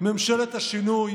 ממשלת השינוי